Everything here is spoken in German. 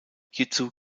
hierzu